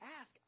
ask